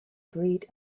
breed